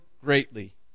greatly